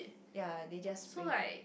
ya they just bring